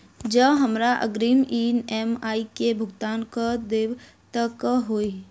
जँ हमरा अग्रिम ई.एम.आई केँ भुगतान करऽ देब तऽ कऽ होइ?